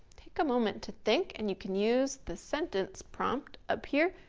take a moment to think and you can use the sentence prompt up here,